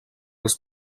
els